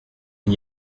n’y